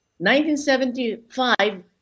1975